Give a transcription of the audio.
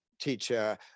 teacher